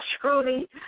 truly